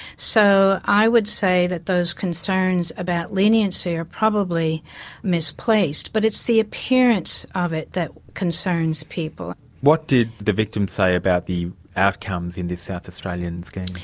so, i would say that those concerns about leniency are probably misplaced, but it's the appearance of it that concerns people. what did the victims say about the outcomes in the south australian scheme?